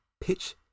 pitch